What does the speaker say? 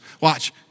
Watch